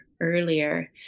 earlier